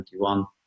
2021